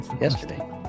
Yesterday